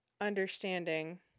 understanding